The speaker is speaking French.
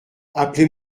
appelez